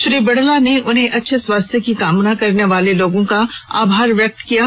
श्री बिरला ने उनके अच्छे स्वास्थ्य की कामना करने वालों का आभार व्यक्त किया है